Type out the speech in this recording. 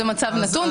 זה מצב נתון.